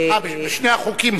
בשני החוקים?